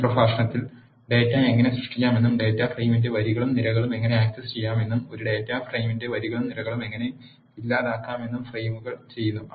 ഈ പ്രഭാഷണത്തിൽ ഡാറ്റ എങ്ങനെ സൃഷ്ടിക്കാമെന്നും ഡാറ്റാ ഫ്രെയിമിന്റെ വരികളും നിരകളും എങ്ങനെ ആക്സസ് ചെയ്യാമെന്നും ഒരു ഡാറ്റ ഫ്രെയിമിന്റെ വരികളും നിരകളും എങ്ങനെ ഇല്ലാതാക്കാമെന്നും ഫ്രെയിമുകൾ ചെയ്യുന്നു